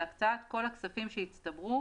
להקצאת כל הכספים שהצטברו